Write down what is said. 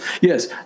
yes